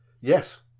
Yes